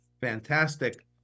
fantastic